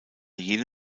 jene